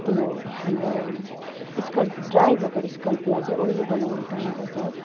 त्यो हाम्रो scalp dry भएको स्कर्फलाई चाहिँ ओइली बनाउने काम गर्छ